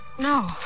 No